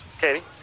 Katie